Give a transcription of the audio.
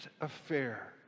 affair